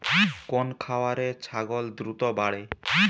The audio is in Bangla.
কোন খাওয়ারে ছাগল দ্রুত বাড়ে?